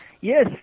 Yes